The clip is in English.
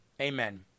Amen